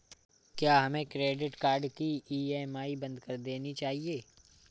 क्या हमें credit card की ई.एम.आई बंद कर देनी चाहिए?